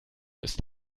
ist